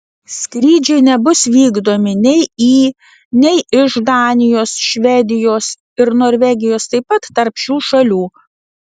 skrydžiai nebus vykdomi nei į nei iš danijos švedijos ir norvegijos taip pat tarp šių šalių